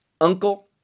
uncle